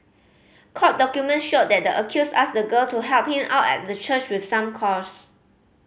court document showed that the accused asked the girl to help him out at the church with some chores